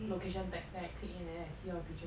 location tag then I click in then I see all the picture